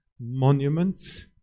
monuments